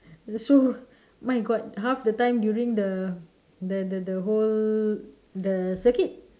so my god half the time during the the the whole the circuit